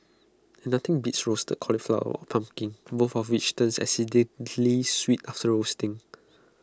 and nothing beats roasted cauliflower or pumpkin both of which turn exceedingly sweet after roasting